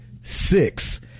six